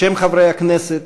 בשם חברי הכנסת,